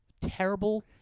terrible